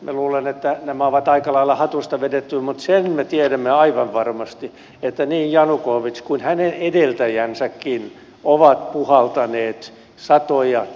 minä luulen että nämä summat ovat aika lailla hatusta vedettyjä mutta sen me tiedämme aivan varmasti että niin janukovyts kuin hänen edeltäjänsäkin ovat puhaltaneet satoja